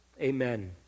Amen